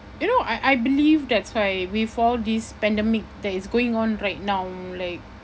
you know I I believe that's why with all this pandemic that is going on right now like